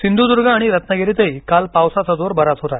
सिंधुदुर्ग आणि रत्नागिरीतही काल पावसाचा जोर बराच होता